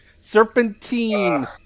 Serpentine